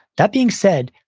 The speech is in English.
that being said,